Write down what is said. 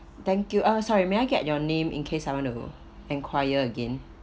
thank you uh sorry may I get your name in case I want to enquire again